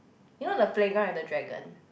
you know the playground with the dragon